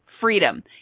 freedom